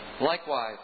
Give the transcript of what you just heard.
Likewise